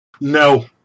No